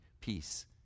peace